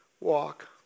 walk